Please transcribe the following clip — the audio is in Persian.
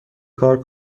کار